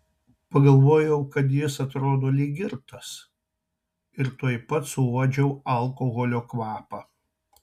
pagalvojau kad jis atrodo lyg girtas ir tuoj pat suuodžiau alkoholio kvapą